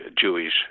Jewish